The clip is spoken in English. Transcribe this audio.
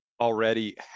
already